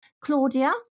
Claudia